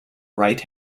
right